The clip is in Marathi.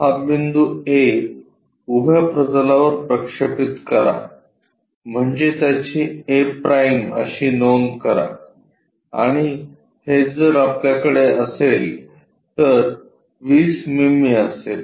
हा बिंदू A उभ्या प्रतलावर प्रक्षेपित करा म्हणजे त्याची a' अशी नोंद करा आणि हे जर आपल्याकडे असेल तर 20 मिमी असेल